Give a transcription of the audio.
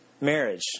marriage